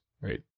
right